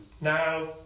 now